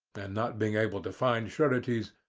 and not being able to find sureties,